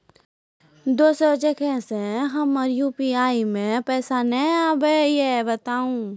दोसर जगह से हमर यु.पी.आई पे पैसा नैय आबे या बताबू?